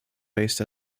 based